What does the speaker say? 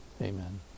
Amen